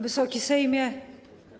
Wysoki Sejmie!